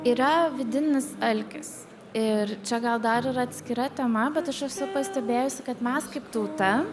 yra vidinis alkis ir čia gal dar yra atskira tema bet aš esu pastebėjusi kad mes kaip tauta